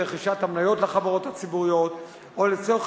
ברכישת המניות לחברות הציבוריות או לצורך